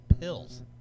pills